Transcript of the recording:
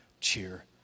cheer